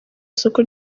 soko